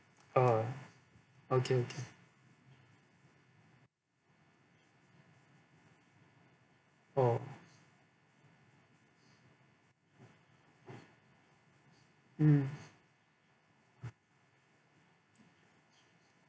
oh okay okay oh mm